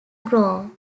grove